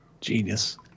Genius